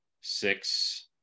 six